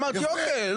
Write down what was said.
אמרתי "אוקיי".